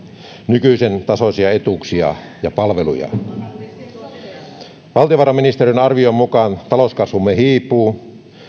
nykyisen tasoisia etuuksia ja palveluja valtiovarainmininisteriön arvion mukaan talouskasvumme hiipuu